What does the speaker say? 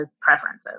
preferences